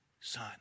son